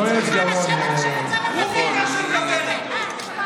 הוא ביקש שנדבר איתו.